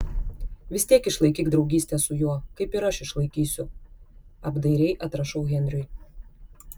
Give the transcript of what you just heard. vis tiek išlaikyk draugystę su juo kaip ir aš išlaikysiu apdairiai atrašau henriui